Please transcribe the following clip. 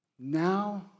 now